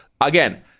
Again